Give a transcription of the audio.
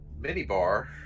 Minibar